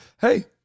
Hey